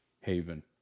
haven